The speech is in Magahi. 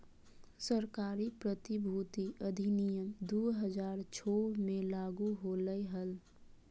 सरकारी प्रतिभूति अधिनियम दु हज़ार छो मे लागू होलय हल